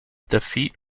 defeat